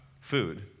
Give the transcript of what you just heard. food